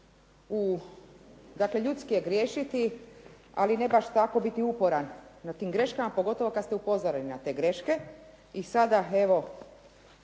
dakle ljudski je griješiti, ali ne baš tako biti uporan na tim greškama, pogotovo kad ste upozoreni na te greške